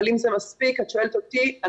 אבל אם את שואלת אותי אם זה מספיק,